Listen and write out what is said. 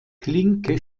klinke